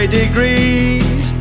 degrees